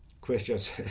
...questions